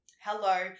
Hello